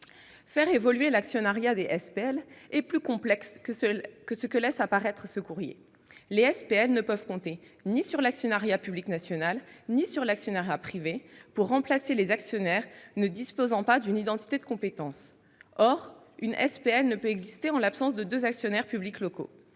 Faire évoluer l'actionnariat des SPL est plus complexe que ne le laisse apparaître ce courrier. Les SPL ne peuvent compter ni sur l'actionnariat public national ni sur l'actionnariat privé pour remplacer les actionnaires ne disposant pas d'une identité de compétence. Or une SPL ne peut exister en l'absence de deux actionnaires publics locaux.